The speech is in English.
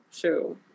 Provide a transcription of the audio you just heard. true